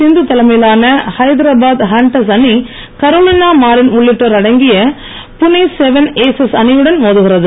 சிந்து தலைமையிலான ஹைதராபாத் ஹண்டர்ஸ் அணி Carolina Marin உள்ளிட்டோர் அடங்கிய புனே செவன் ஏசஸ் அணியுடன் மோதுகிறது